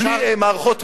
בלי מערכות מים?